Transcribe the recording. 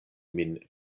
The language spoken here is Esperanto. min